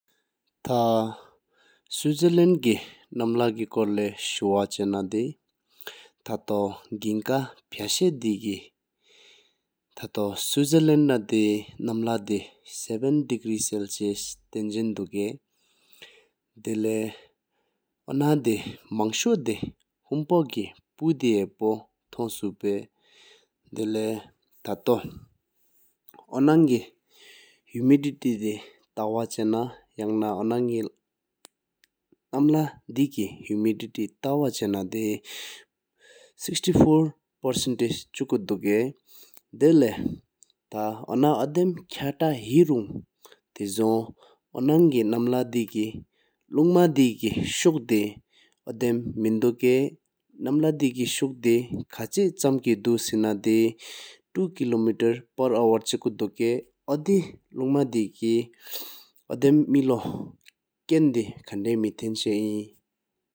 ཐཱ་སུཝིཊུ་ལེནཌ་ནམ་ལྷ་ཀེ་ཁོར་ལོ་ཤུ་བ་ཆེ་ན་དེ་ཐ་ཐོ་གིན་ཀ་ཕ་ཤ་དེ་ཀེ་ཐ་ཐོ་སུཝིཊེར་ལེནཌ་ན་དེ་ནམ་ལྷ་དེ་བདུ་བདུ་ཚེལ་སིས་ཐན་ཟིང་དུཀེ། དི་ལེ་ཨོ་ན་དེ་མང་ཤུ་དེ་ཧུམ་ཕོ་ཀེ་ཕུར་དེ་ཧ་པོ་ཐོ་སུ་པེ། དི་ལེ་ཐ་ཐོ་ཨོ་ནང་གིན་ནམ་ལྷ་དེ་ཀེ་ཧུ་མི་དི་ཙམ་ཞེ་ན་དེ་སིཀིའི་ཐུཀ་དུག་སིཚིདི་བཞི་བེགཏ་ཆོ་བདོ་རྟ་པེ་བདག་པོ་ཐུ་གས། དི་ལེ་ཨོ་ན་ནམ་ཁྲཾ་མཁ་ཛ་ཁླ་ཆེར་ཨུ་འེ་ཨོ་ནྟ་ཨ་ཀའི་དེ་ནམ་ལྷ་དེ་ལྕོང་དེ་ཀེ་ཤུག་དེ་ཁཚི་འུ་དེ་ནད་དུ་གིས་པ་བོ་ཁྲ་བཞི་ཕས་བྷོ་དཀ་བདོ་ག་ཆུ་གས། ཨ་དེ་ནམ་ལྷ་དེ་ཀེ་ཨོ་ནམ་གིན་ལོ་ཀན་དེ་ཁན་དུ་མེ་དེ་ཚེ་ན་ཤ་ཡིན།